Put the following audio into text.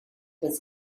was